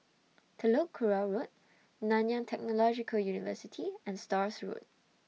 Telok Kurau Road Nanyang Technological University and Stores Road